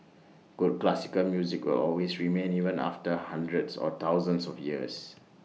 good classical music will always remain even after hundreds or thousands of years